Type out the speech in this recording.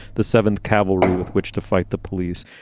the seventh cavalry with which to fight the police.